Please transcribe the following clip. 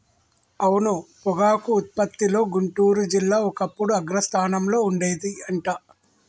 అవును పొగాకు ఉత్పత్తిలో గుంటూరు జిల్లా ఒకప్పుడు అగ్రస్థానంలో ఉండేది అంట